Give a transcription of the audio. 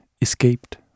escaped